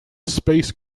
space